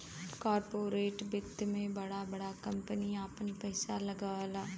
corporate वित्त मे बड़ा बड़ा कम्पनी आपन पइसा लगावला